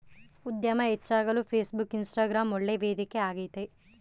ಉದ್ಯಮ ಹೆಚ್ಚಾಗಲು Facebook, Instagram ಒಳ್ಳೆ ವೇದಿಕೆ ಆಗೈತೆ